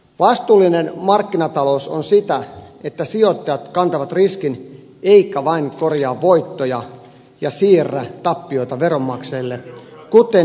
vastuullinen markkinatalous on sitä että sijoittajat kantavat riskin eivätkä vain korjaa voittoja ja siirrä tappioita veronmaksajille kuten nyt on käymässä